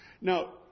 Now